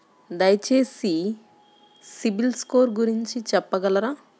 దయచేసి CIBIL score గురించి చెప్పగలరా?